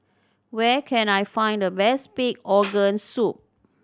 where can I find the best pig organ soup